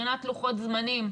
מבחינת לוחות זמנים,